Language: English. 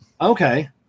Okay